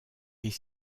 est